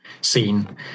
scene